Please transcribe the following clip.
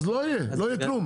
אז לא יהיה כלום,